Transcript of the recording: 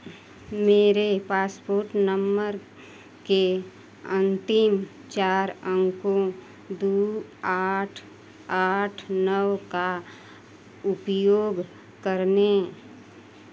मेरे पासपोर्ट नम्बर के अन्तिम चार अंकों दो आठ आठ नौ का उपयोग करने